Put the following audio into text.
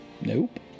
Nope